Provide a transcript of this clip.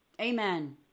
Amen